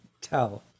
tell